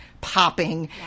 popping